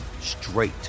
straight